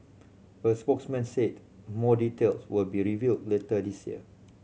a spokesman said more details will be revealed later this year